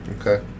Okay